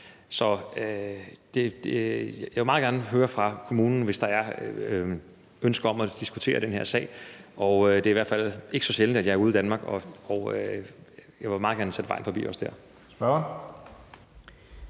så jeg vil meget gerne høre fra kommunen, hvis der er ønske om at diskutere den her sag. Og det er i hvert fald ikke så sjældent, at jeg er ude i Danmark, og jeg vil meget gerne lægge vejen forbi også der.